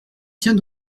tiens